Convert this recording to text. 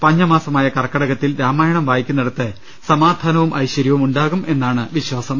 പഞ്ഞമാസമായ കർക്കി ടകത്തിൽ രാമായണം വായിക്കുന്നിടത്ത് സമാധാനവും ഐശ്വര്യവും ഉണ്ടാകും എന്നാണ് വിശ്വാസം